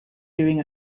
doing